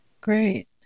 Great